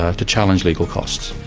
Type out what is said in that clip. ah to challenge legal costs.